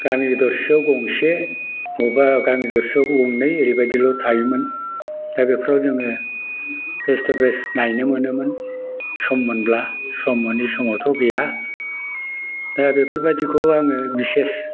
गामि दरसेयाव गंसे अबेबा गामि दरसेयाव गंनै ओरैबायदिल' थायोमोन दा बेफोराव जोङो फेस टु फेस नायनो मोनोमोन सम मोनब्ला सम मोनि समावथ' गैया दा बेफोरबायिखौ आङो बिसेस